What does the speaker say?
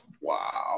wow